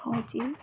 ହେଉଛି